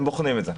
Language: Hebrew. הם בוחנים את זה.